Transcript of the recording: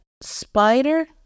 spider